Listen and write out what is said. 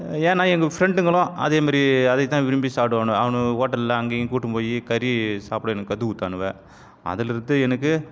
ஏன்னால் எங்கள் ஃப்ரெண்டுங்களும் அதேமாதிரி அதை தான் விரும்பி சாப்பிடுவானுவோ அவனுவோ ஹோட்டலில் அங்கேயும் இங்கேயும் கூட்டுன்னு போய் கறி சாப்பிட எனக்கு கற்றுக் கொடுத்தானுவ அதிலிருந்து எனக்கு